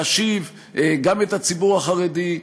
להשיב גם את הציבור החרדי.